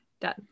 Done